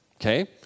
okay